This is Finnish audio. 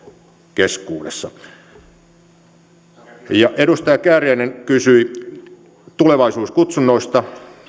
keskuudessa edustaja kääriäinen kysyi tulevaisuuskutsunnoista